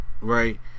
right